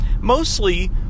mostly